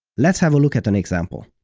let's have a look at an example!